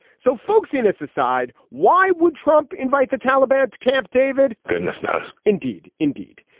so folksiness aside why would trump invite the taliban to camp david. goodness knows. indeed indeed.